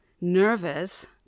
nervous